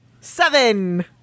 Seven